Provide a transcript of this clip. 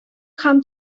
һәм